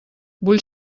vull